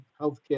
healthcare